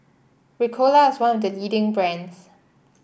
Ricola is one of the leading brands